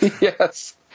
Yes